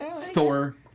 Thor